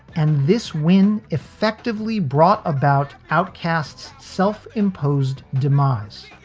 and this win effectively brought about outcasts, self-imposed demise.